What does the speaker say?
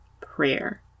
prayer